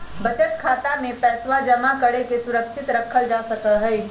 बचत खातवा में पैसवा जमा करके सुरक्षित रखल जा सका हई